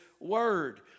word